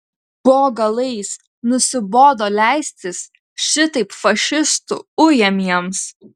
po galais nusibodo leistis šitaip fašistų ujamiems